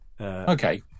Okay